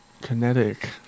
kinetic